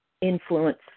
influence